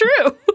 true